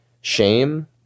Shame